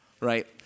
right